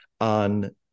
on